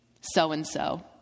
so-and-so